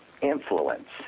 influence